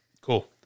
Cool